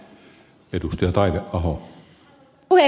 arvoisa puhemies